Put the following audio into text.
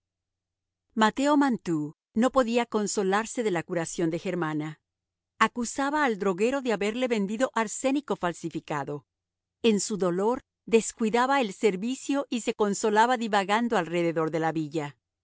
mateo mantoux no podía consolarse de la curación de germana acusaba al droguero de haberle vendido arsénico falsificado en su dolor descuidaba el servicio y se consolaba divagando alrededor de la villa